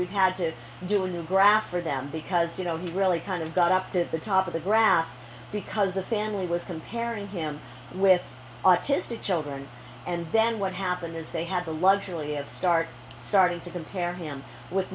we've had to do a new graph for them because you know he really kind of got up to the top of the graph because the family was comparing him with autistic children and then what happened is they had the luxury of start starting to compare him with